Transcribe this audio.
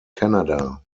canada